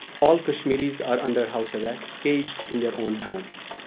all kashmiris are under house arrest, caged in their own homes.